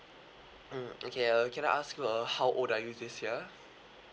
mm okay uh can I ask you uh how old are you this year